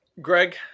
Greg